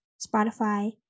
Spotify